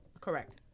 Correct